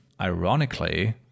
Ironically